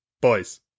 Boys